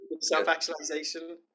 Self-actualization